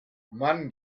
mann